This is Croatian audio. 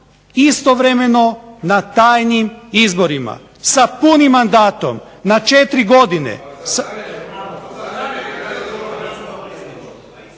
istovremeno na tajnim izborima sa punim mandatom na četiri godine.